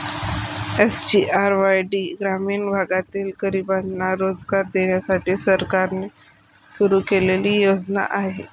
SGRY ही ग्रामीण भागातील गरिबांना रोजगार देण्यासाठी सरकारने सुरू केलेली योजना आहे